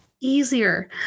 easier